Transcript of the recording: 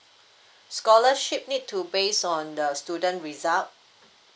scholarship need to base on the student result